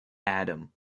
adam